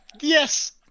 yes